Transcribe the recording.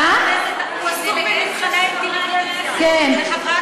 הוא עסוק במבחני אינטליגנציה לחברי הכנסת.